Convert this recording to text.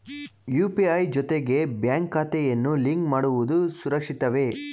UPI ಜೊತೆಗೆ bank ಖಾತೆಯನ್ನು link ಮಾಡುವುದು ಸುರಕ್ಷಿತವೇ?